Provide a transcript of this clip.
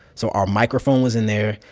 so our microphone was in there.